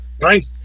Right